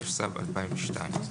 התשס"ב-2002.